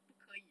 不可以 ah